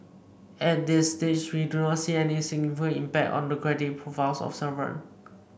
at this stage we do not see any significant impact on the credit profiles of sovereign